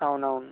అవునవును